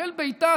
קיבל בעיטה.